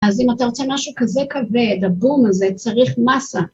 ‫אז אם אתה רוצה משהו כזה כבד, ‫הבום הזה, צריך מסה.